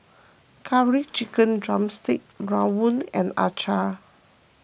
Curry Chicken Drumstick Rawon and Acar